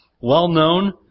well-known